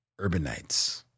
urbanites